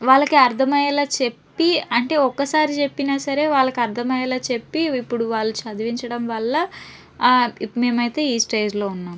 వాళ్ళకి అర్ధమయ్యేలా చెప్పి అంటే ఒక్కసారి చెప్పిన సరే వాళ్ళకి అర్థమయ్యేలా చెప్పి ఇప్పుడు వాళ్ళు చదివించడం వల్ల ఇప్పుడు మేమైతే ఈ స్టేజ్లో ఉన్నాం